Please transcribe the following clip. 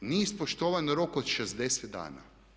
Nije ispoštovan rok od 60 dana.